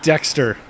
Dexter